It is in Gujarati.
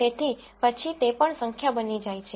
તેથી પછી તે પણ સંખ્યા બની જાય છે